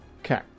Okay